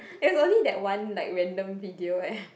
it's only that one like random video leh